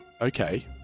okay